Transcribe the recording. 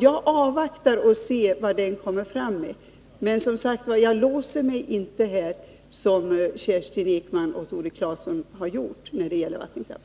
Jag avvaktar för att se vad den kommer fram till. Men jag låser mig som sagt var inte som Kerstin Ekman och Tore Claeson har gjort när det gäller vattenkraften.